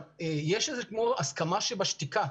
יש הסכמה שבשתיקה